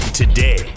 Today